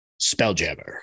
Spelljammer